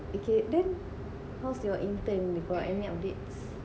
okay then how is your intern you got any updates